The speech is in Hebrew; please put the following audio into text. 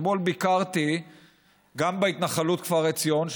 אתמול ביקרתי גם בהתנחלות כפר עציון,